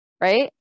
right